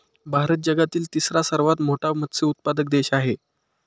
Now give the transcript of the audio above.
भारत जगातील तिसरा सर्वात मोठा मत्स्य उत्पादक देश आहे